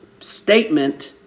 statement